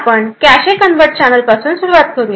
तर आपण cache convert चॅनेलपासून सुरुवात करूया